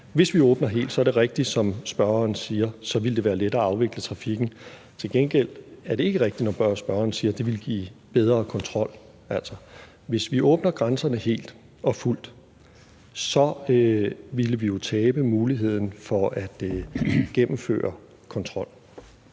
Hvis vi åbner helt, er det rigtigt, som spørgeren siger, at det vil være lettere at afvikle trafikken. Til gengæld er det ikke rigtigt, når spørgeren siger, at det vil give bedre kontrol. Hvis vi åbnede grænserne helt og fuldt, ville vi jo tabe muligheden for at gennemføre kontrol.